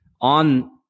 on